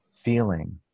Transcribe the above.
feeling